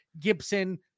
gibson